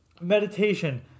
meditation